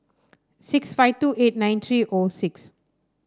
six five two eight nine three O six